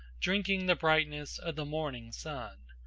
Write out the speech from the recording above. drinking the brightness of the morning sun,